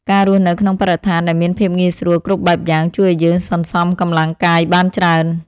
ការរស់នៅក្នុងបរិស្ថានដែលមានភាពងាយស្រួលគ្រប់បែបយ៉ាង ជួយឱ្យយើងសន្សំកម្លាំងកាយបានច្រើន។